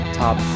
top